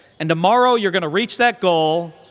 and tomorrow, you're going to reach that goal,